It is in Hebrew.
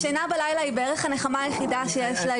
השינה בלילה היא בערך הנחמה היחידה שיש לה.